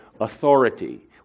authority